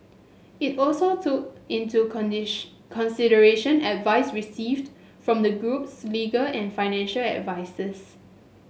it also took into consideration advice received from the group's legal and financial advisers